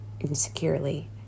insecurely